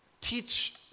teach